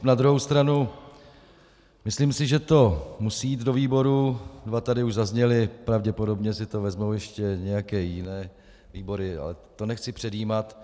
Na druhou stranu myslím, že to musí jít do výborů, dva tady už zazněly, pravděpodobně si to vezmou ještě nějaké jiné výbory, ale to nechci předjímat.